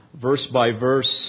verse-by-verse